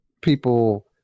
people